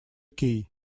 key